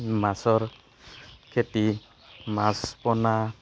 মাছৰ খেতি মাছ পোনা